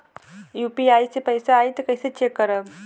UPI से पैसा आई त कइसे चेक करब?